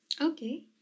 Okay